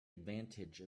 advantage